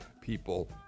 people